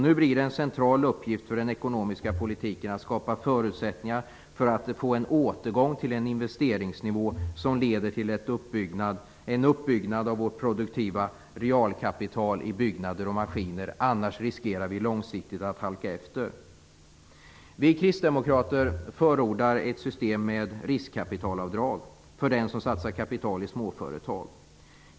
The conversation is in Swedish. Nu blir det en central uppgift för den ekonomiska politiken att skapa förutsättningar för en återgång till en investeringsnivå som leder till en uppbyggnad av vårt produktiva realkapital i byggnader och maskiner - annars riskerar vi långsiktigt att halka efter. Vi kristdemokrater förordar ett system med riskkapitalavdrag för den som satsar kapital i småföretag.